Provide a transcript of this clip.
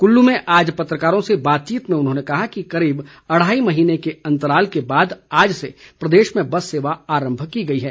कुल्लू में आज पत्रकारों से बातचीत में उन्होंने कहा कि करीब अढ़ाई महीने के अंतराल के बाद आज से प्रदेश में बस सेवा आरम्भ की गई है